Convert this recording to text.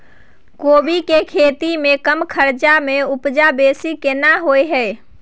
कोबी के खेती में कम खर्च में उपजा बेसी केना होय है?